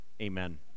Amen